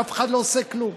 אף אחד לא עושה כלום.